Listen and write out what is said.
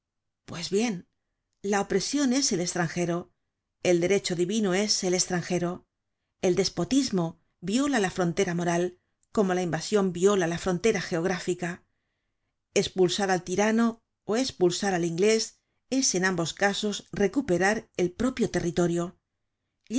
pues bien la opresion es el estranjero el derecho divino es el estranjero el despotismo viola la frontera moral como la invasion viola la frontera geográfica espulsar al tirano ó espulsar al inglés es en ambos casos recuperar el propio territorio